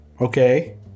Okay